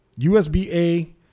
USB-A